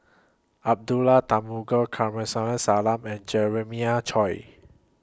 Abdullah Tarmugi Kamsari Salam and Jeremiah Choy